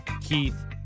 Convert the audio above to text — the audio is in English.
Keith